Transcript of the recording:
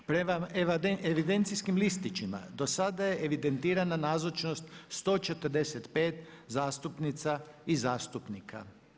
Prema evidencijskim listićima dosada je evidentirana nazočnost 145 zastupnica i zastupnika.